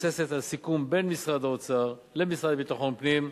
המבוססת על סיכום בין משרד האוצר למשרד לביטחון פנים,